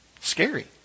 scary